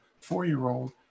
four-year-old